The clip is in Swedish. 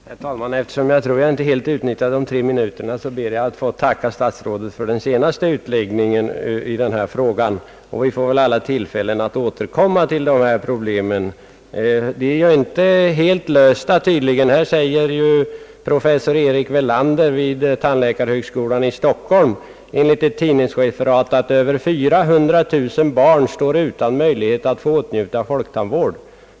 Herr talman! Eftersom jag tror att jag tidigare inte helt utnyttjade de tre minuterna, ber jag att få tacka herr statsrådet även för den senaste utläggningen i denna fråga. Vi får väl alla tillfälle att återkomma till dessa problem. De är tydligen inte helt lösta. Professor Erik Welander vid tandläkarhögskolan i Stockholm framhåller nämligen enligt ett tidningsreferat följande: »Över 400000 barn står utan möjlighet att få åtnjuta folktandvård.